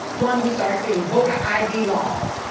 one we start seeing voter id laws,